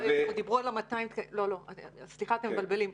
לא, סליחה, אתם מבלבלים.